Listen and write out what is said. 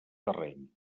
terreny